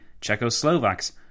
Czechoslovaks